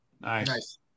nice